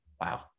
wow